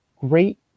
great